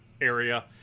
area